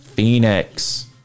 Phoenix